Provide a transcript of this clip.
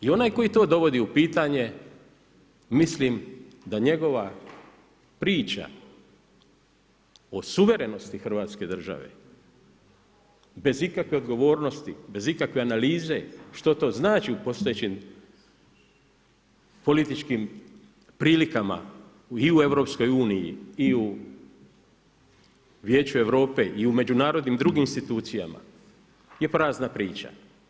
I onaj koji to dovodi u pitanje mislim da njegova priča o suverenosti Hrvatske države bez ikakve odgovornosti, bez ikakve analize što to znači u postojećim političkim prilikama i u Europskoj uniji i u Vijeću Europe i u međunarodnim drugim institucijama je prazna priča.